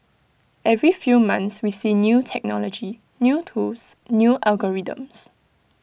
every few months we see new technology new tools new algorithms